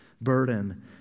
burden